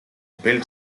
built